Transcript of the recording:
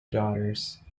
daughters